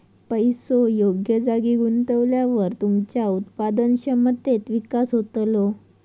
पैसो योग्य जागी गुंतवल्यावर तुमच्या उत्पादन क्षमतेत विकास होतलो